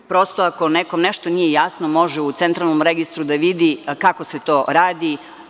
Prosto, ako nekom nešto nije jasno, može u Centralnom registru da vidi kako se to radi.